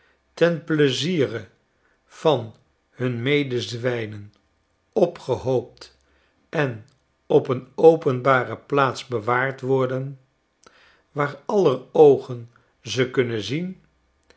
ten pleiziere van hun medezwijnen opgehoopt en op een openbare plaats bewaard worden waar aller oogen ze kunnen zien